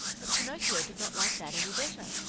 but pinocchio did not like that any better.